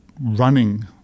running